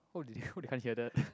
oh they oh they can't hear that